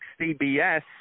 CBS